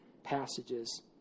passages